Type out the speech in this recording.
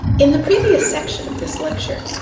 in the previous section of this lecture,